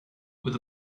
with